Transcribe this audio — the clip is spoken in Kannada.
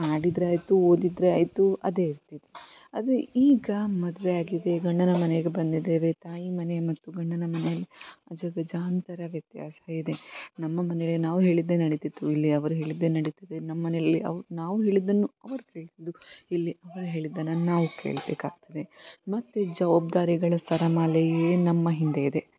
ಆಡಿದರಾಯ್ತು ಓದಿದರೆ ಆಯಿತು ಅದೇ ಇರ್ತಿತ್ತು ಅದೇ ಈಗ ಮದುವೆ ಆಗಿದೆ ಗಂಡನ ಮನೆಗೆ ಬಂದಿದ್ದೇವೆ ತಾಯಿ ಮನೆ ಮತ್ತು ಗಂಡನ ಮನೆಯಲ್ಲಿ ಅಜಗಜಾಂತರ ವ್ಯತ್ಯಾಸವೇ ಇದೆ ನಮ್ಮ ಮನೆಯಲ್ಲಿ ನಾವು ಹೇಳಿದ್ದೇ ನಡಿತ್ತಿತ್ತು ಇಲ್ಲಿ ಅವರು ಹೇಳಿದ್ದೇ ನಡಿತದೆ ನಮ್ಮ ಮನೆಯಲ್ಲಿ ಅವ್ರು ನಾವು ಹೇಳಿದ್ದನ್ನು ಅವರು ಕೇಳ್ತಿದ್ದರು ಇಲ್ಲಿ ಅವರು ಹೇಳಿದ್ದನ್ನು ನಾವು ಕೇಳಬೇಕಾಗ್ತದೆ ಮತ್ತು ಜವಾಬ್ದಾರಿಗಳ ಸರಮಾಲೆಯೇ ನಮ್ಮ ಹಿಂದೆ ಇದೆ